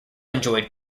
enjoyed